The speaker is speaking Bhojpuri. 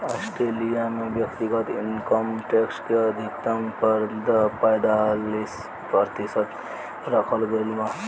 ऑस्ट्रेलिया में व्यक्तिगत इनकम टैक्स के अधिकतम दर पैतालीस प्रतिशत रखल गईल बा